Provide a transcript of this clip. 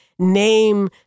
Name